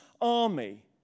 army